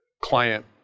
client